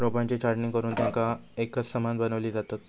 रोपांची छाटणी करुन तेंका एकसमान बनवली जातत